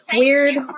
weird